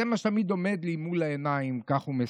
זה מה שתמיד עומד לי מול העיניים, כך הוא מספר.